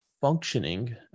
functioning